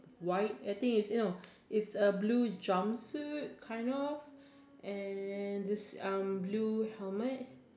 why I think is you know it's a blue jumpsuit kind of and this um blue helmet